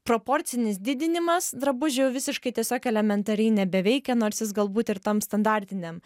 proporcinis didinimas drabužių visiškai tiesiog elementariai nebeveikia nors jis galbūt ir tam standartiniam